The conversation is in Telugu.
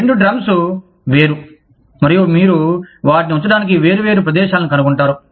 రెండు డ్రమ్స్ వేరు మరియు మీరు వాటిని ఉంచడానికి వేర్వేరు ప్రదేశాలను కనుగొంటారు